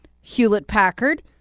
Hewlett-Packard